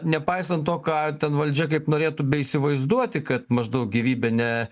nepaisant to ką ten valdžia kaip norėtume įsivaizduoti kad maždaug gyvybė ne